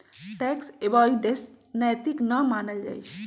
tax avoidance नैतिक न मानल जाइ छइ